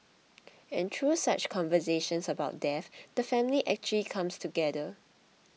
and through such conversations about death the family actually comes together